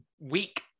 week